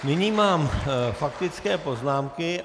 Nyní mám faktické poznámky.